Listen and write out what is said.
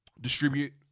distribute